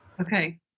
Okay